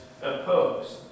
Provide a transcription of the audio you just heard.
opposed